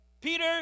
Peter